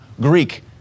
Greek